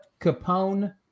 Capone